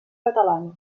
catalana